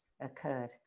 occurred